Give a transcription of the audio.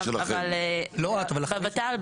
אבל --- בוות"ל,